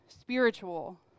spiritual